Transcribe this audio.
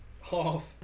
half